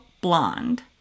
blonde